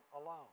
alone